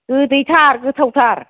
गोदैथार गोथावथार